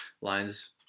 lines